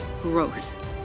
growth